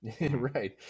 right